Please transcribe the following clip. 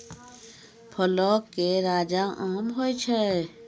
फलो के राजा आम होय छै